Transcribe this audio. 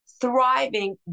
thriving